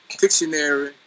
dictionary